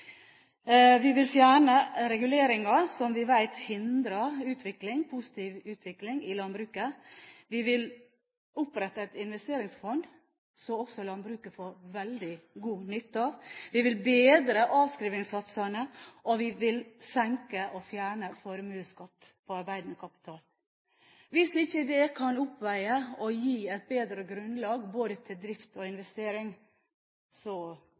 Vi vil fjerne reguleringer, som vi vet hindrer positiv utvikling i landbruket. Vi vil opprette et investeringsfond, som også landbruket vil få veldig god nytte av. Vi vil bedre avskrivningssatsene, og vi vil fjerne formuesskatten på arbeidende kapital. Hvis ikke det kan gi et bedre grunnlag både til drift og investering,